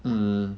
mm